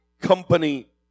company